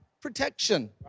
protection